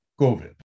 COVID